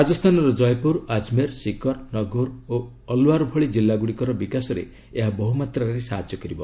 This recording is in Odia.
ରାଜସ୍ଥାନର ଜୟପୁର ଆଜମେର୍ ଶିକର୍ ନଗଉର୍ ଓ ଅଲ୍ୱାର୍ ଭଳି ଜିଲ୍ଲାଗୁଡ଼ିକର ବିକାଶରେ ଏହା ବହୁମାତ୍ରାରେ ସାହାଯ୍ୟ କରିବ